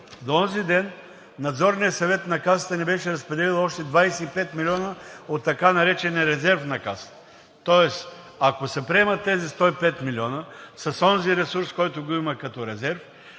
До онзи ден Надзорният съвет на Касата не беше разпределил още 25 милиона от така наречения резерв на Касата. Тоест, ако се приемат тези 105 милиона с онзи ресурс, който го има като резерв,